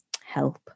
help